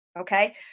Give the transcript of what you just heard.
Okay